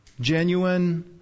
Genuine